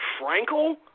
Frankel